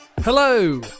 Hello